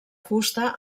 fusta